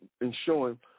ensuring